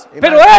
Pero